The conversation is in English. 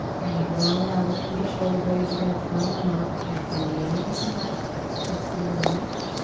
and then ground down through the shoulder blades again. firm them up and find length in that left side of the neck.